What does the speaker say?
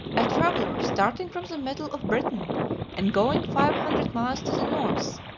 a traveller, starting from the middle of britain and going five hundred miles to the north,